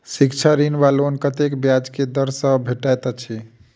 शिक्षा ऋण वा लोन कतेक ब्याज केँ दर सँ भेटैत अछि?